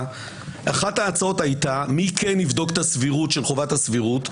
אחת ההצעות הייתה מי כן יבדוק את הסבירות של חובת הסבירות,